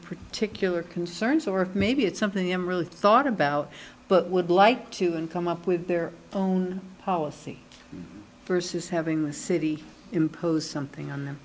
particular concerns or maybe it's something them really thought about but would like to and come up with their own policy versus having the city impose something on them